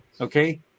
Okay